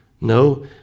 No